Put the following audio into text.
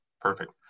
Perfect